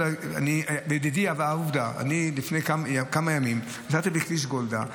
בדידי הווה עובדא: לפני כמה ימים נסעתי בכביש גולדה.